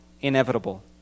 inevitable